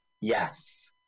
Yes